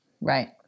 Right